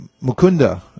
Mukunda